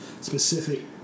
specific